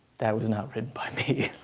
that was not written by me.